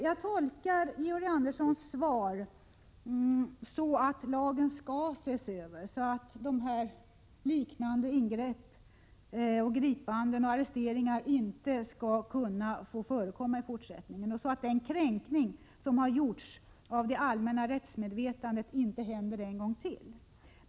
Jag tolkar Georg Anderssons svar så, att lagen skall ses över, för att liknande ingrepp, gripanden och arresteringar inte skall få förekomma i fortsättningen och att den kränkning av det allmänna rättsmedvetandet som har gjorts inte inträffar en gång till.